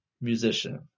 musician